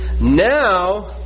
Now